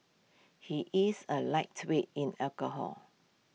he is A lightweight in alcohol